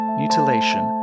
mutilation